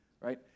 right